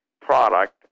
product